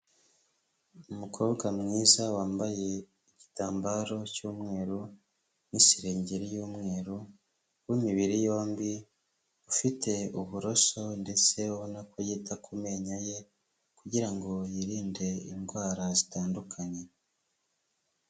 Umukobwa mwiza, wambaye igitambaro cy'umweru n'irengeri y'umweru, w'imibiri yombi, ufite uburoso ndetse ubona ko yita ku menyo ye kugira ngo yirinde indwara zitandukanye.